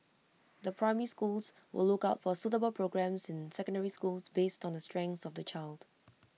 the primary schools will look out for suitable programmes in secondary schools based on the strengths of the child